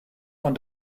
von